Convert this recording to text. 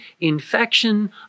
infection